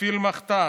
תפעיל מכת"ז.